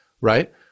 right